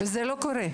וזה לא קורה.